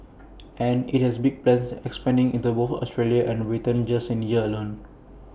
and IT has big plans expanding into both Australia and Britain just this year alone